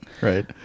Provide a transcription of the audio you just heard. right